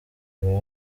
ibahe